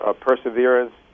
perseverance